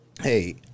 hey